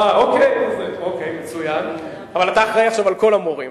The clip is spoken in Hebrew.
אוקיי, מצוין, אבל אתה אחראי עכשיו לכל המורים